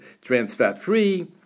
trans-fat-free